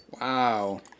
Wow